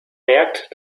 merkt